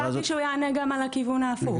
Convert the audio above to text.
לא אכפת לי שהוא יענה גם על הכיוון ההפוך.